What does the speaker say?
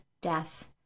death